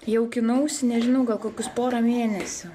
jaukinausi nežinau gal kokius pora mėnesių